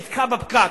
נתקע בפקק,